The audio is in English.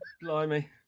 Blimey